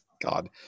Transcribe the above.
God